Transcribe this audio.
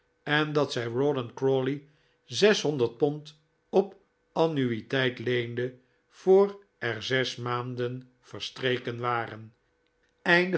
en dat zij rawdon crawley zeshonderd pond op annuiteit leende voor er zes maanden verstreken waren